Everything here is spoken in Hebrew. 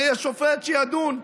הרי יש שופט שידון,